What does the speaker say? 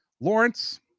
Lawrence